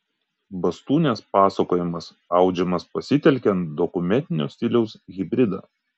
bastūnės pasakojimas audžiamas pasitelkiant dokumentinio stiliaus hibridą